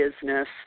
business